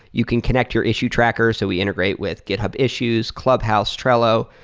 you can connect your issue tracker. so we integrate with github issues, clubhouse, trello.